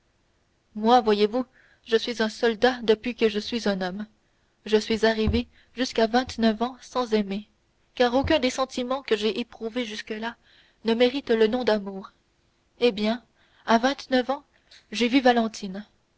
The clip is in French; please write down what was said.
moi voyez-vous je suis un soldat depuis que je suis un homme je suis arrivé jusqu'à vingt-neuf ans sans aimer car aucun des sentiments que j'ai éprouvés jusque-là ne mérite le nom d'amour eh bien à vingt-neuf ans j'ai vu valentine